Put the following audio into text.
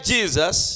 Jesus